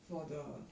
for the